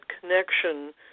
connection